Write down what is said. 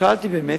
שאלתי באמת,